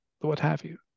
what-have-you